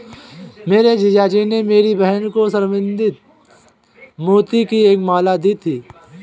मेरे जीजा जी ने मेरी बहन को संवर्धित मोती की एक माला दी है